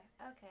Okay